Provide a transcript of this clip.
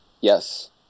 Yes